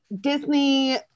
Disney